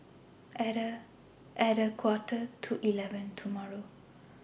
At A At A Quarter to eleven tomorrow